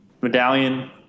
medallion